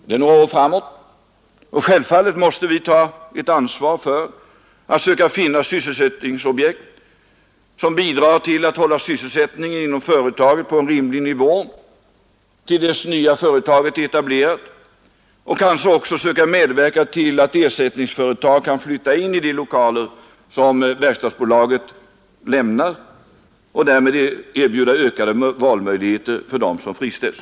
Det är några år framåt, och självfallet måste vi ta ett ansvar för att söka finna sysselsättningsobjekt som bidrar till att hålla sysselsättningen inom KVAB på en rimlig nivå till dess att det nya företaget är etablerat och kanske också söka medverka till att ersättningsföretag kan flytta in i de lokaler som KVAB lämnar och därmed erbjuda ökade valmöjligheter för dem som friställs.